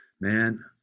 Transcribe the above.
man